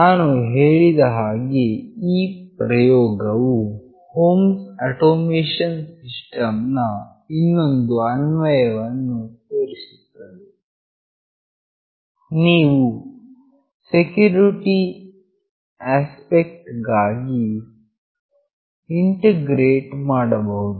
ನಾನು ಹೇಳಿದ ಹಾಗೆ ಈ ಪ್ರಯೋಗವು ಹೋಮ್ ಅಟೋಮೇಷನ್ ಸಿಸ್ಟಮ್ ನ ಇನ್ನೊಂದು ಅನ್ವಯವನ್ನು ತೋರಿಸುತ್ತದೆ ಇದನ್ನು ಸೆಕ್ಯೂರಿಟಿ ಆಸ್ಪೆಕ್ಟ್ ಗಾಗಿ ಇಂಟಿಗ್ರೇಟ್ ಮಾಡಬಹುದು